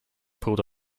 pulled